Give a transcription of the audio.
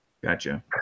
Gotcha